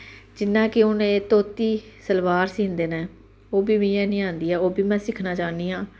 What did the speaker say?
जियां के हून एह् धोती सलवार सींदे न ओह् बी मीं हैनी आंदी ऐ ओह् बी मैं सिक्खना चाह्न्नी आं